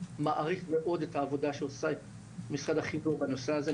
אני מעריך מאד את העבודה שעושה משרד החינוך בנושא הזה,